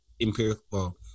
empirical –